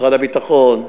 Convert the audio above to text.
משרד הביטחון,